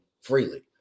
freely